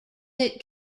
that